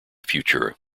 future